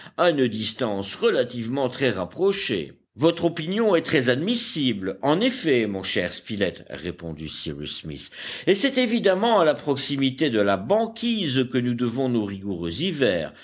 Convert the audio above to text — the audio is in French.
à une distance relativement très rapprochée votre opinion est très admissible en effet mon cher spilett répondit cyrus smith et c'est évidemment à la proximité de la banquise que nous devons nos rigoureux hivers